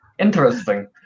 Interesting